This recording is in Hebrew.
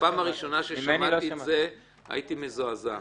בפעם הראשונה ששמעתי את זה הייתי מזועזע.